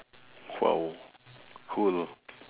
!wow! cool